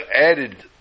added